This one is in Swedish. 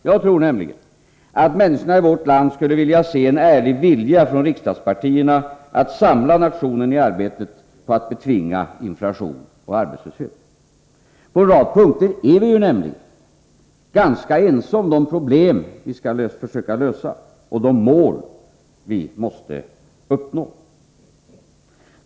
Jag tror nämligen att människorna i vårt land skulle vilja se en ärlig vilja från riksdagspartierna att samla nationen i arbetet på att betvinga inflationen och arbetslösheten. På en rad punkter är vi nämligen ganska ense om de problem vi har att lösa och de mål vi måste uppnå.